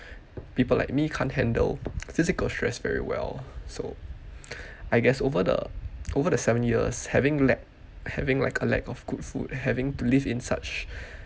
people like me can't handle physical stress very well so I guess over the over the seven years having lac~ having like a lack of good food having to live in such